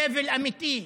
סבל אמיתי,